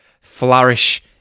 flourish